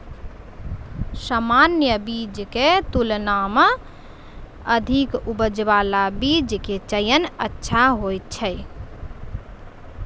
सामान्य बीज के तुलना मॅ अधिक उपज बाला बीज के चयन अच्छा होय छै